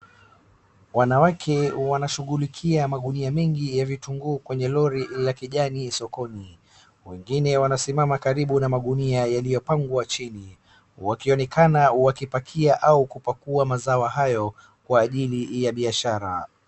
Wanawake wanashughulikia magunia mingi ya vitunguu kwenye lori la kijani sokoni. Wengine wanasimama karibu na magunia yaliyopangwa kwa chini wakioneka wakipakia au kupakua mazao hayo kwa ajili ya biashara.